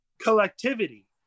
collectivity